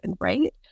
right